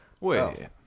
Wait